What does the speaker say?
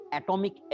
atomic